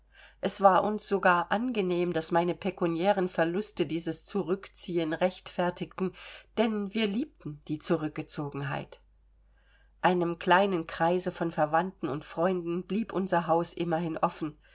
es war uns sogar angenehm daß meine pekuniären verluste dieses zurückziehen rechtfertigten denn wir liebten die zurückgezogenheit einem kleinen kreise von verwandten und freunden blieb unser haus immerhin offen